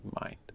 mind